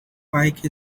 pike